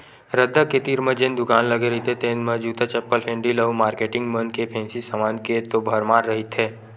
रद्दा के तीर म जेन दुकान लगे रहिथे तेन म जूता, चप्पल, सेंडिल अउ मारकेटिंग मन के फेंसी समान के तो भरमार रहिथे